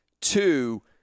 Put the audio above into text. Two